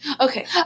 okay